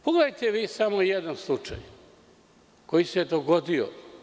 Pogledajte vi samo jedan slučaj koji se dogodio.